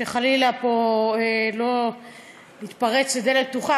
שחלילה פה לא נתפרץ לדלת פתוחה,